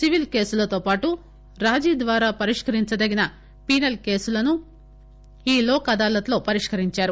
civil కేసులతోపాటు రాజీ ద్వారా పరిష్కరించదగిన పీనల్ కేసులను ఈ లోక్ అదాలత్ లో పరిష్కరించారు